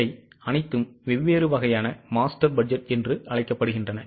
இவை அனைத்தும் வெவ்வேறு வகையான masters பட்ஜெட் என்று அழைக்கப்படுகின்றன